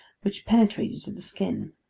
which penetrated to the skin.